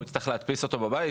הוא יצטרך להדפיס אותו בבית?